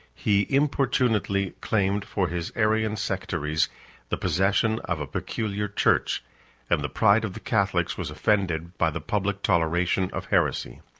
he importunately claimed for his arian sectaries the possession of a peculiar church and the pride of the catholics was offended by the public toleration of heresy.